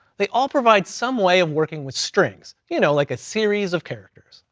they all provide some way of working with strings, you know, like a series of characters.